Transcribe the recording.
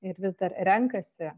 ir vis dar renkasi